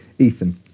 Ethan